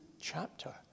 chapter